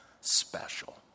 special